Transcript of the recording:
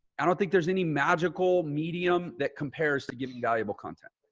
i don't think there's any magical medium that compares to giving valuable content.